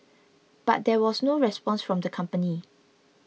but there was no response from the company